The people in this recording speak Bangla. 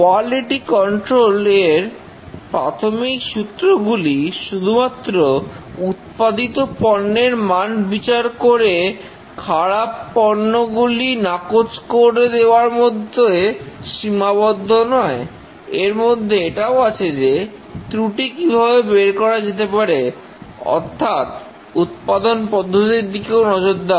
কোয়ালিটি কন্ট্রোল এর প্রাথমিক সূত্রগুলি শুধুমাত্র উৎপাদিত পণ্যের মান বিচার করে খারাপ পণ্যগুলি নাকচ করে দেওয়ার মধ্যে সীমাবদ্ধ নয় এরমধ্যে এটাও আছে যে ত্রুটি কিভাবে বের করা যেতে পারে অর্থাৎ উৎপাদন পদ্ধতির দিকেও নজর দাও